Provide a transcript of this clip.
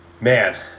man